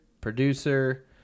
producer